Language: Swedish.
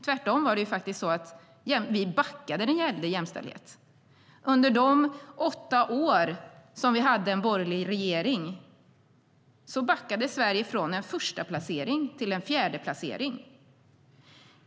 Tvärtom backade vi när det gäller jämställdhet. Under de åtta år vi hade en borgerlig regeringen backade Sverige från en förstaplacering till en fjärdeplacering.